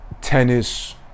tennis